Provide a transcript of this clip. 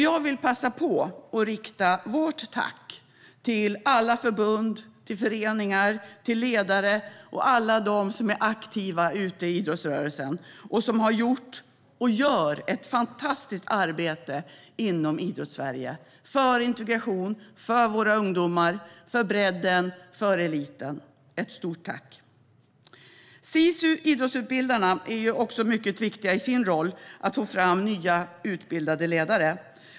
Jag vill passa på att rikta vårt tack till alla förbund, föreningar, ledare och alla som är aktiva ute i idrottsrörelsen som har gjort och gör ett fantastiskt arbete inom Idrottssverige för integration, för våra ungdomar, för bredden och för eliten. Ett stort tack! Sisu Idrottsutbildarna är också mycket viktiga i sin roll att få fram nya utbildade ledare.